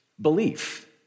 belief